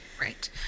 right